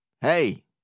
Hey